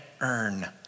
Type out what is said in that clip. earn